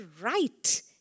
right